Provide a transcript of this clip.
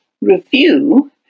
review